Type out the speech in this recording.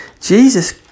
Jesus